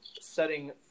setting